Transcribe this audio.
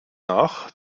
nach